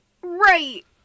Right